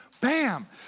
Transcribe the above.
Bam